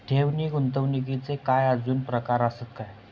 ठेव नी गुंतवणूकचे काय आजुन प्रकार आसत काय?